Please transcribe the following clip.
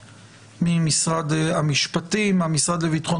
של הכנסת בעלי האשרות למשטר הפטור מן הבדיקות.